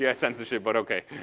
yeah censorship, but okay.